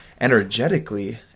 energetically